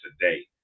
today